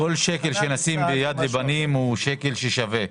כל שקל שנותנים לבית יד לבנים, הוא שקל ששווה.